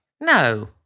No